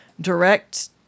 direct